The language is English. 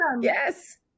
yes